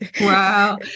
Wow